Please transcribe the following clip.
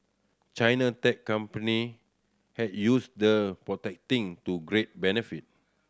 China tech company have used the protecting to great benefit